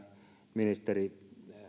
ministeri